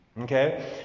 Okay